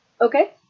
Okay